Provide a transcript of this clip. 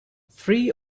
three